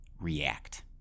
react